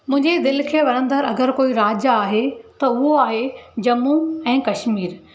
मुंहिंजे दिलि खे वणंदड़ अगरि कोई राज्य आहे त उहो आहे जम्मू ऐं कश्मीर